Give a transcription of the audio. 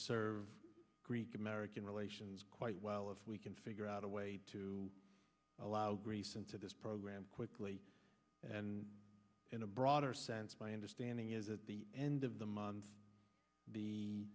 serve greek american relations quite well if we can figure out a way to allow greece into this program quickly and in a broader sense my understanding is at the end of the month the